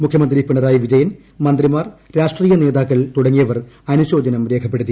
മുഖ്യമന്ത്രി പിണറായി വിജയൻ മന്ത്രിമാർ രാഷ്ട്രീയനേതാക്കൾ തുടങ്ങിയവർ അനുശോചനം രേഖപ്പെടുത്തി